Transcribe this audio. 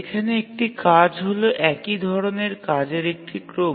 যেখানে একটি কাজ হল একই ধরণের কাজের একটি ক্রম